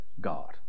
God